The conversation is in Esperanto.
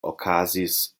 okazis